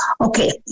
Okay